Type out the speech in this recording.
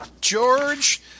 George